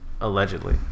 Allegedly